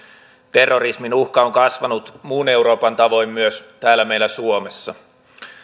terrorismin uhka on kasvanut muun euroopan tavoin myös täällä meillä suomessa